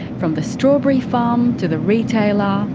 from the strawberry farm to the retailer, um